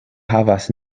havas